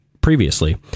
previously